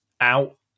out